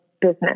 business